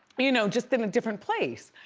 you know, just in a different place,